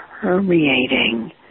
permeating